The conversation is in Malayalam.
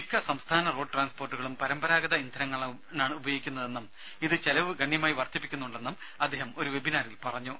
മിക്ക സംസ്ഥാന റോഡ് ട്രാൻസ്പോർട്ടുകളും പരമ്പരാഗത ഇന്ധനങ്ങളാണ് ഉപയോഗിക്കുന്നതെന്നും ഇത് ചെലവ് ഗണ്യമായി വർദ്ധിപ്പിക്കുന്നുണ്ടെന്നും അദ്ദേഹം ഒരു വെബിനാറിൽ പറഞ്ഞു